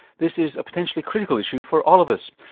this is a potentially critical issue for all of us,